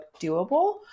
doable